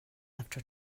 after